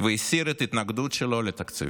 והסיר את ההתנגדות שלו לתקציב,